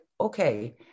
okay